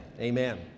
amen